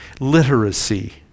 Literacy